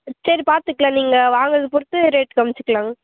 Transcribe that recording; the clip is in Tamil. சரி பார்த்துக்கலாம் நீங்கள் வாங்கிறத பொறுத்து ரேட்டு குறைச்சிக்கலாங்